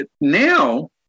Now